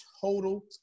total